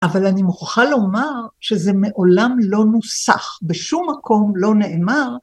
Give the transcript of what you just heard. אבל אני מוכרחה לומר שזה מעולם לא נוסח, בשום מקום לא נאמר.